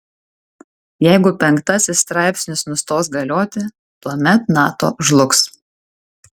jeigu penktasis straipsnis nustos galioti tuomet nato žlugs